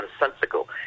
nonsensical